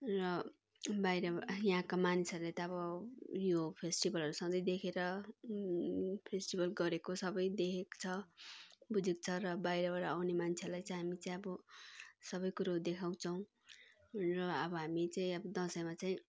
र बाहिर यहाँका मान्छेहरूले त अब यो फेस्टिभलहरू सधैँ देखेर फेस्टिभल गरेको सबै देखेको छ बुझेको छ र बाहिरबाट आउने मान्छेलाई चाहिँ हामी चाहिँ अब सबै कुरो देखाउँछौँ र अब हामी चाहिँ अब दसैँमा चाहिँ